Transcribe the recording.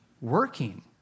working